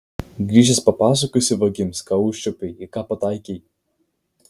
grįžęs papasakosi vagims ką užčiuopei į ką pataikei